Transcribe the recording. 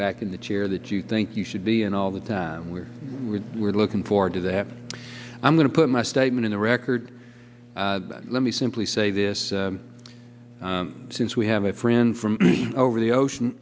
back in the chair that you think you should be and all the time where we were looking forward to that i'm going to put my statement in the record let me simply say this since we have a friend from over the ocean